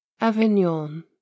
Avignon